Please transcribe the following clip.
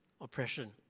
oppression